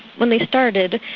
when they started,